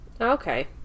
okay